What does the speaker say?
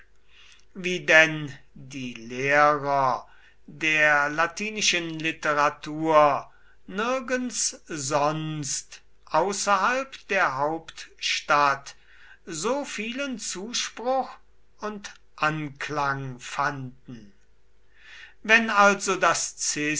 wie denn die lehrer der latinischen literatur nirgends sonst außerhalb der hauptstadt so vielen zuspruch und anklang fanden wenn also das